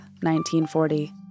1940